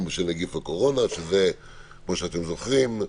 בשל נגיף הקורונה, כמו שאתם זוכרים,